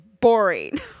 boring